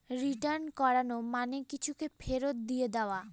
return করানো মানে কিছুকে ফেরত দিয়ে দেওয়া